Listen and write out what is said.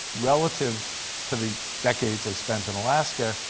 relative to the decades i spent in alaska,